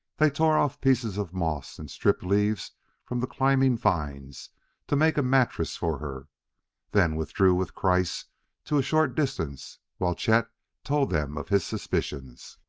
they tore off pieces of moss and stripped leaves from the climbing vines to make a mattress for her then withdrew with kreiss to a short distance while chet told them of his suspicions.